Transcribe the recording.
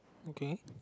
okay